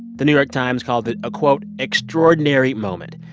the new york times called it a, quote, extraordinary moment.